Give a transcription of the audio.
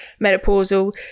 menopausal